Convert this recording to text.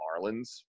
Marlins